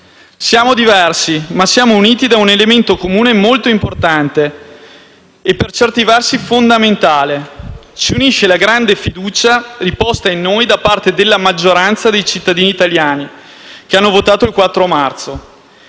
Siamo diversi, ma siamo uniti da un elemento comune molto importante e per certi versi fondamentale: ci unisce la grande fiducia riposta in noi da parte della maggioranza dei cittadini italiani che hanno votato il 4 marzo.